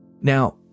Now